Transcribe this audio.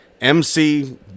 MC